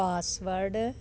password